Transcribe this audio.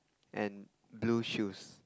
and blue shoes